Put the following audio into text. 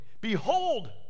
Behold